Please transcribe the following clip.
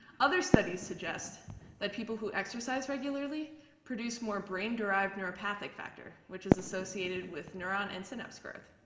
other studies suggest that people who exercise regularly produce more brain derived neuropathic factor which is associated with neuron and synapse growth.